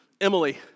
Emily